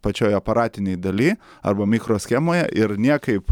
pačioj aparatinėj daly arba michroschemoje ir niekaip